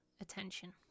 attention